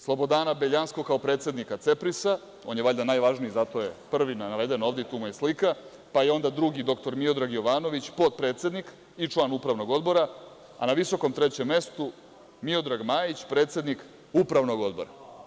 Slobodana Beljanskog kao predsednika CEPRIS-a, on je valjda najvažniji, zato je prvi naveden ovde i tu mu je slika, pa je onda drugi dr Miodrag Jovanović, potpredsednik i član Upravnog odbora, a na visokom trećem mestu, Miodrag Majić, predsednik Upravnog odbora.